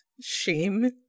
shame